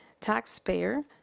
taxpayer